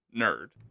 nerd